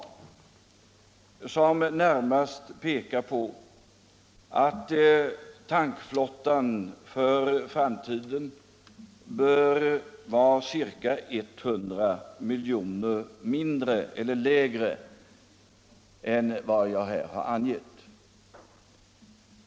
Dessa beräkningar pekar närmast på att tankflottan för framtiden bör vara ca 100 miljoner dödviktston mindre än jag här har angivit.